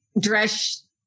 dress